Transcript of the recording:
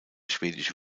schwedische